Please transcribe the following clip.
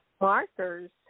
markers